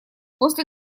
после